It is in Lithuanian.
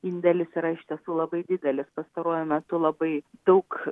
indėlis yra iš tiesų labai didelis pastaruoju metu labai daug